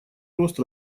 рост